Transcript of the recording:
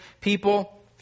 people